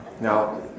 Now